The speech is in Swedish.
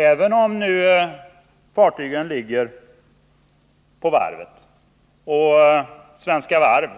Även om fartygen ligger på varvet och Svenska Varv,